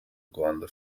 rwanda